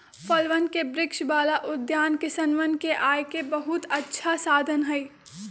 फलवन के वृक्ष वाला उद्यान किसनवन के आय के बहुत अच्छा साधन हई